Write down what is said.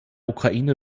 ukraine